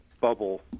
bubble